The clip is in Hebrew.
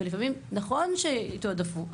ולפעמים נכון שיתועדפו,